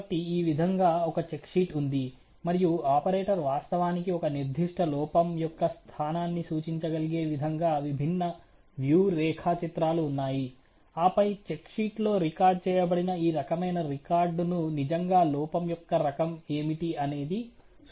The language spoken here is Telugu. కాబట్టి ఈ విధంగా ఒక చెక్ షీట్ ఉంది మరియు ఆపరేటర్ వాస్తవానికి ఒక నిర్దిష్ట లోపం యొక్క స్థానాన్ని సూచించగలిగే విధంగా విభిన్న వ్యూ రేఖాచిత్రాలు ఉన్నాయి ఆపై చెక్ షీట్లో రికార్డ్ చేయబడిన ఈ రకమైన రికార్డును నిజంగా లోపం యొక్క రకం ఏమిటి అనేది సూచించగలడు